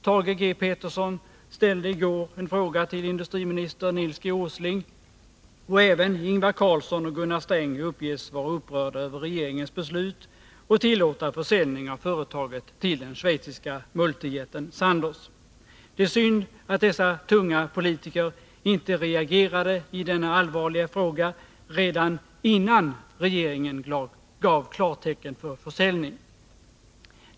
Thage G. Peterson ställde i går en fråga till industriminister Nils G. Åsling och även Ingvar Carlsson och Gunnar Sträng uppges vara upprörda över regeringens beslut att tillåta försäljning av företaget till den schweiziska multijätten Sandoz. Det är synd att dessa tunga politiker inte reagerade i denna allvarliga fråga redan innan regeringen gav klartecken för försäljning.